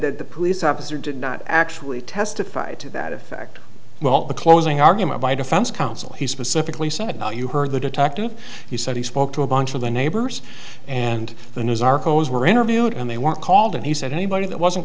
that the police officer did not actually testified to that effect well the closing argument by defense counsel he specifically said you heard the detective he said he spoke to a bunch of the neighbors and the news arcos were interviewed and they weren't called and he said anybody that wasn't